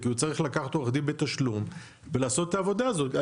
כי הוא צריך לקחת עורך דין בתשלום ולעשות את העבודה הזאת,